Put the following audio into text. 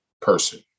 person